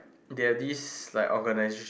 they have this like organisation